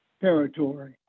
territory